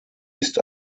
ist